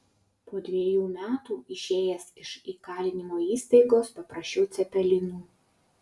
po dvejų metų išėjęs iš įkalinimo įstaigos paprašiau cepelinų